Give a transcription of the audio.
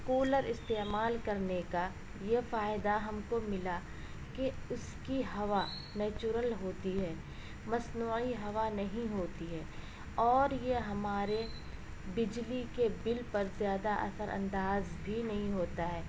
cooler استعمال کرنے کا یہ فائدہ ہم کو ملا کہ اس کی ہوا نیچورل ہوتی ہے مصنوعی ہوا نہیں ہوتی ہے اور یہ ہمارے بجلی کے بل پر زیادہ اثر انداز بھی نہیں ہوتا ہے